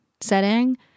setting